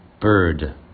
bird